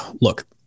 look